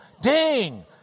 ding